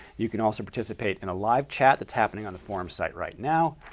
you can also participate in a live chat that's happening on the forum site right now.